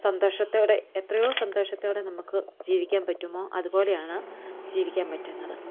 സന്തോഷത്തോടെ എത്രേയോ സന്തോഷത്തോടെ നമുക്ക് ജീവിക്കാൻ പറ്റുമോ അതുപോലെ ആണ് ജീവിക്കാൻ പറ്റുന്നത്